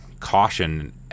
caution